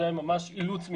זה ממש אילוץ מבחינתנו.